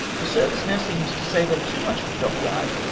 the service now seems to savour too much of the dockyard,